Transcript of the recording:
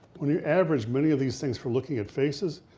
when you average many of these things for looking at faces,